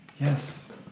Yes